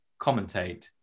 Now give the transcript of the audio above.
commentate